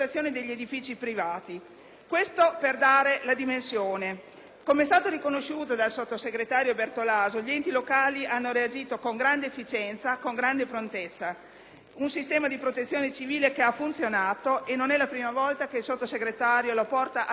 Questo per dare una dimensione. Com'è stato riconosciuto dal sottosegretario Bertolaso, gli enti locali hanno reagito con grande efficienza e prontezza. È un sistema di protezione civile che ha funzionato e non è la prima volta che il Sottosegretario lo porta ad esempio in tutto il Paese.